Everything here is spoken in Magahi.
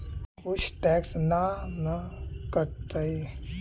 कुछ टैक्स ना न कटतइ?